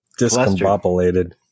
discombobulated